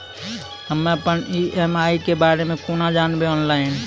हम्मे अपन ई.एम.आई के बारे मे कूना जानबै, ऑनलाइन?